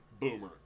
Boomer